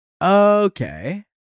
Okay